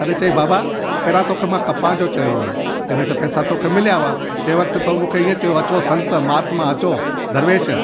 तॾहिं चंई बाबा पहिरां तोखे मां कपां जो चयो हुओ तंहिंमें त पैसा तोखे मिलिया हुआ तंहिं वक़्त तू मूंखे ईअं चयो अचो संत महात्मा अचो दरवेश